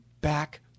back